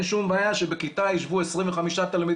אין שום בעיה שבכיתה ישבו 25 תלמידים,